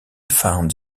found